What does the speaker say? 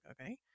okay